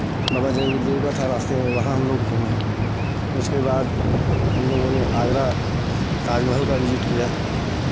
बाबा जय गुरुदेव का था रास्ते में वहाँ हमलोग घूमे उसके बाद हमलोगों ने आगरा ताजमहल का भिजिट किया